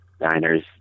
Diners